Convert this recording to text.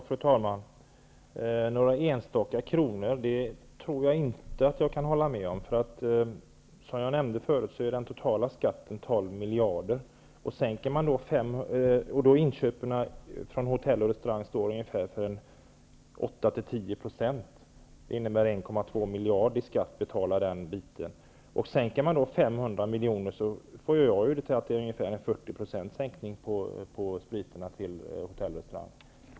Fru talman! Jag kan inte hålla med om att det rör sig om några enstaka kronor. Som jag nämnde förut är den totala skatten 12 miljarder. Inköpen från hotell och restauranger står för ungefär 8--10 % Det innebär 1,2 miljarder i skatt. Om man sänker med 500 miljoner får jag det till en sänkning med ungefär 40 % på priserna för hotell och restauranger.